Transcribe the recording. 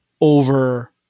over